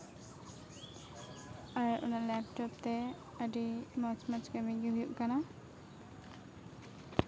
ᱟᱨ ᱚᱱᱟ ᱞᱮᱯᱴᱮᱯ ᱛᱮ ᱟᱹᱰᱤ ᱢᱚᱡᱽ ᱢᱚᱡᱽ ᱠᱟᱹᱢᱤ ᱜᱮ ᱦᱩᱭᱩᱜ ᱠᱟᱱᱟ